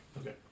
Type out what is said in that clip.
Okay